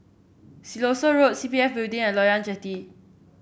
Siloso Road C P F Building and Loyang Jetty